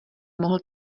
mohl